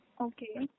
Okay